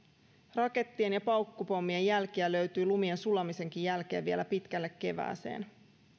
rakettien ja paukkupommien jälkiä löytyy lumien sulamisenkin jälkeen vielä pitkälle kevääseen